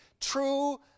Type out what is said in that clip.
true